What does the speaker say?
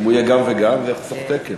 אם הוא יהיה גם וגם, זה יחסוך תקן.